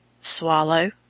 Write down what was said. Swallow